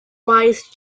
wise